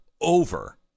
over